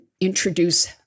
introduce